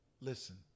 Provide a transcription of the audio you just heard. listen